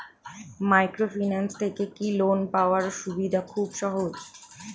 Microfinance থেকে কি loan পাওয়ার সুবিধা খুব সহজ?